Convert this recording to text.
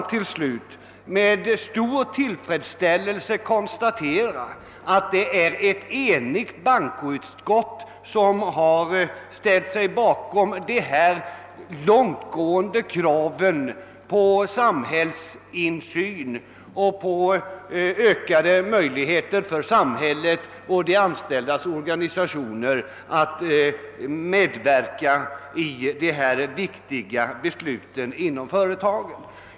Jag vill vidare med stor tillfredsställelse konstatera att ett enigt bankoutskott ställt sig bakom de långtgående kraven på samhällsinsyn och på ökade möjligheter för samhället och för de anställdas organisationer att medverka i dessa viktiga beslut inom företagen.